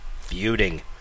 Feuding